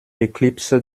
éclipse